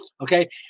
Okay